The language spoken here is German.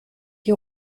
die